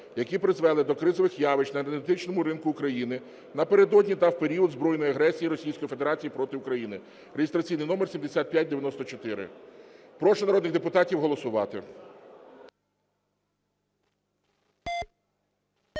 які призвели до кризових явищ на енергетичному ринку України напередодні та в період збройної агресії Російської Федерації проти України (реєстраційний номер 7594). Прошу народних депутатів голосувати.